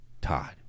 Todd